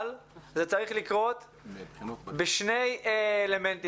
אבל זה צריך לקרות בשני אופנים.